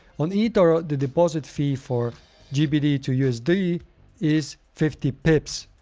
on etoro, the deposit fee for gbp to usd is fifty pips,